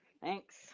Thanks